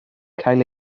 cael